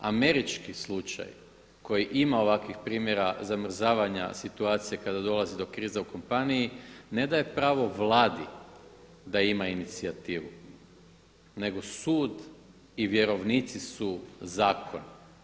Američki slučaj koji ima ovakvih primjera zamrzavanja situacije kada dolazi do krize u kompaniji ne daje pravo Vladi da ima inicijativu, nego sud i vjerovnici su zakon.